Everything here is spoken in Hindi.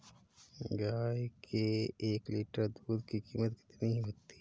गाय के एक लीटर दूध की कीमत कितनी है?